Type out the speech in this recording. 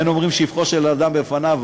אין אומרים שבחו של אדם בפניו,